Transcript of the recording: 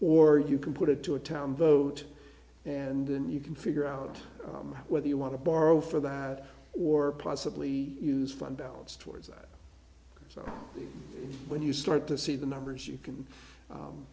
or you can put it to a town vote and then you can figure out whether you want to borrow for that or possibly use fund balance towards that so when you start to see the numbers you can